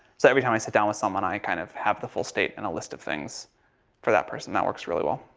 so every time i sit down with someone, i kind of have the full statement, a list of things for that person that works really well.